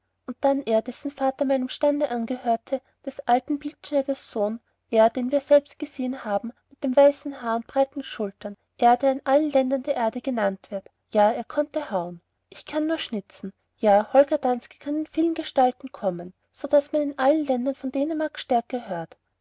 und dann er dessen vater meinem stande angehörte des alten bildschnitzers sohn er den wir selbst gesehen haben mit dem weißen haar und den breiten schultern er der in allen ländern der erde genannt wird ja er konnte hauen ich kann nur schnitzen ja holger danske kann in vielen gestalten kommen sodaß man in allen ländern von dänemarks stärke hört